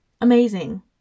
Amazing